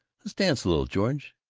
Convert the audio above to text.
let's dance a little. george,